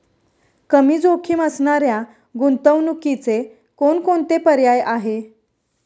कमी जोखीम असणाऱ्या गुंतवणुकीचे कोणकोणते पर्याय आहे?